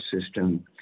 system